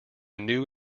new